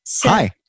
Hi